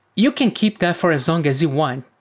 you can keep that for as long as you want.